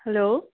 hello